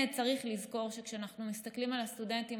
צריך לזכור שכשאנחנו מסתכלים על הסטודנטים,